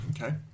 Okay